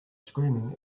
screaming